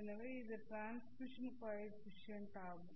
எனவே இது transmission coefficient ஆகும்